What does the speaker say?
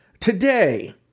today